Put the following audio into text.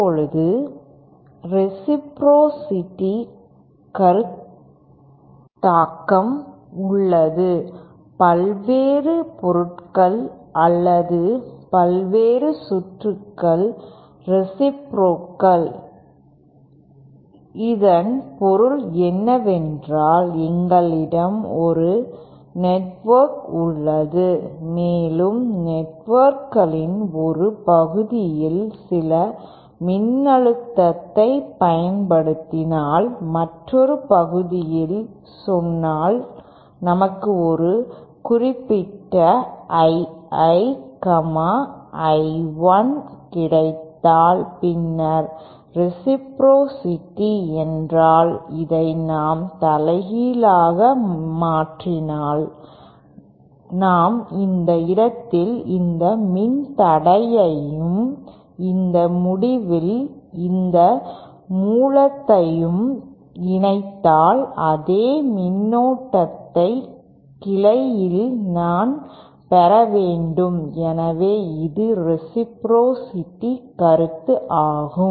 இப்போது ரேசிப்ரோசிட்டி கருத்தாக்கம் உள்ளது பல்வேறு பொருட்கள் அல்லது பல்வேறு சுற்றுகள் ரேசிப்ரோகல் இதன் பொருள் என்னவென்றால் எங்களிடம் ஒரு நெட்வொர்க் உள்ளது மேலும் நெட்வொர்க்கின் ஒரு பகுதியில் சில மின்னழுத்தத்தைப் பயன்படுத்தினால் மற்றொரு பகுதியில் சொன்னால் நமக்கு ஒரு குறிப்பிட்ட I I I 1 கிடைத்தால் பின்னர் ரேசிப்ரோசிட்டி என்றால் இதை நாம் தலைகீழாக மாற்றினால் நாம் இந்த இடத்தில் இந்த மின்தடையையும் இந்த முடிவில் இந்த மூலத்தையும் இணைத்தால் அதே மின்னோட்டத்தை கிளையில் நான் பெற வேண்டும் எனவே இது ரேசிப்ரோசிட்டி கருத்து ஆகும்